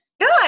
Good